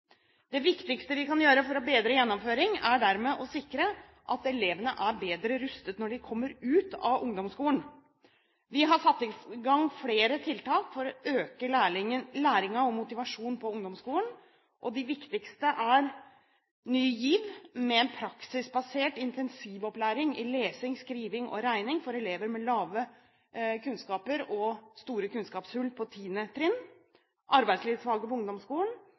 Det viktigste vi kan gjøre for å bedre gjennomføring, er dermed å sikre at elevene er bedre rustet når de kommer ut av ungdomsskolen. Vi har satt i gang flere tiltak for å øke læringen og motivasjonen på ungdomsskolen. De viktigste er: Ny GIV med en praksisbasert intensivopplæring i lesing, skriving og regning for elever med lave kunnskaper og store kunnskapshull på tiende trinn arbeidslivsfaget på ungdomsskolen